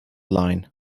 line